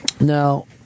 Now